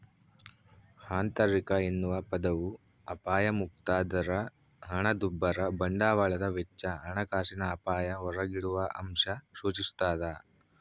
ಆಂತರಿಕ ಎನ್ನುವ ಪದವು ಅಪಾಯಮುಕ್ತ ದರ ಹಣದುಬ್ಬರ ಬಂಡವಾಳದ ವೆಚ್ಚ ಹಣಕಾಸಿನ ಅಪಾಯ ಹೊರಗಿಡುವಅಂಶ ಸೂಚಿಸ್ತಾದ